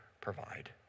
provide